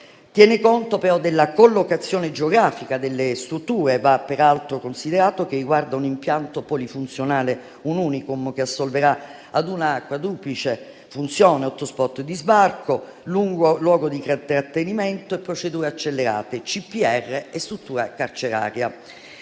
tiene conto della collocazione geografica delle strutture. Va peraltro considerato che riguarda un impianto polifunzionale, un *unicum* che assolverà ad una quadruplice funzione: *hotspot* di sbarco, luogo di trattenimento e procedure accelerate, CPR e struttura carceraria.